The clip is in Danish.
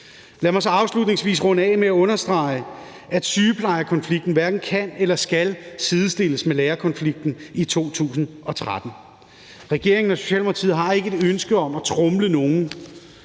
Lad mig så runde af med at understrege, at sygeplejerskekonflikten hverken kan eller skal sidestilles med lærerkonflikten i 2013. Regeringen og Socialdemokratiet har ikke et ønske om at tromle nogen,